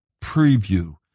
preview